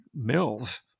mills